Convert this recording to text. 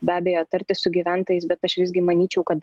be abejo tartis su gyventojais bet aš visgi manyčiau kad